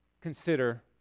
consider